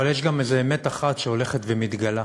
אבל יש גם איזו אמת אחת שהולכת ומתגלה,